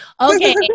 okay